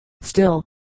Still